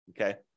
okay